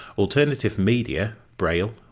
alternative media, braille,